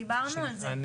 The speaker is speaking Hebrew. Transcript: דיברנו על זה,